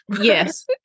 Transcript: Yes